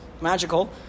magical